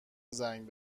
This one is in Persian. زنگ